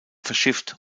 verschifft